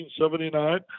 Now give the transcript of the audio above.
1979